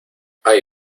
hay